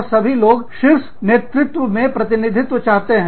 और सभी लोग शीर्ष नेतृत्व में प्रतिनिधित्व चाहते हैं